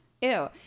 ew